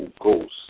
ghost